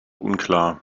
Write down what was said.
unklar